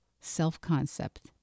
self-concept